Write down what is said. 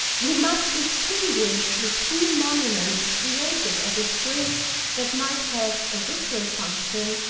we must distinguish between monuments created at a spring that might have a ritual function,